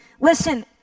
Listen